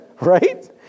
right